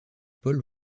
paul